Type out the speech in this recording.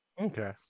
Okay